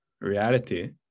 reality